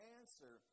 answer